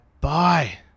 bye